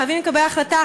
חייבים לקבל החלטה,